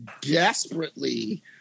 desperately